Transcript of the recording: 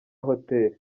hotel